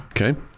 okay